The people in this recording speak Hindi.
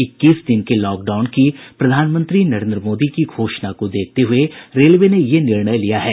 इक्कीस दिन के लॉकडाउन की प्रधानमंत्री नरेन्द्र मोदी की घोषणा को देखते हुए रेलवे ने यह निर्णय लिया है